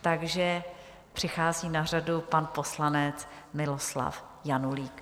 Takže přichází na řadu poslanec Miloslav Janulík.